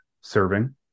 serving